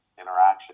interaction